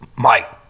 Mike